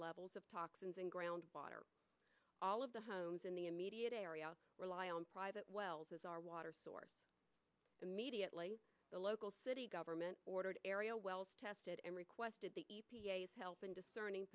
levels of toxins and ground water all of the homes in the immediate area rely on private wells as our water source immediately the local city government ordered area wells tested and requested the e p a s help undiscerning